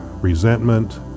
resentment